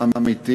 אמיתי